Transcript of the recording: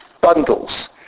bundles